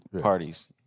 parties